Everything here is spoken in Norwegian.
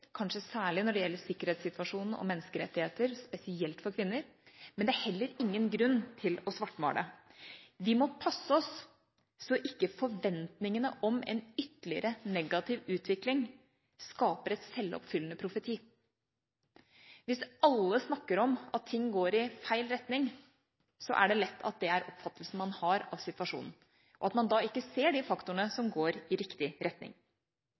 kanskje særlig når det gjelder sikkerhetssituasjonen og menneskerettigheter – spesielt for kvinner. Men det er heller ingen grunn til å svartmale. Vi må passe oss så ikke forventningene om en ytterligere, negativ utvikling skaper en selvoppfyllende profeti. Hvis alle snakker om at ting går i feil retning, er det lett at det blir oppfattelsen man har av situasjonen, og at man da ikke ser de faktorene som går i riktig retning.